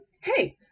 hey